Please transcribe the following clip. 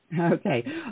Okay